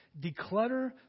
declutter